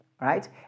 right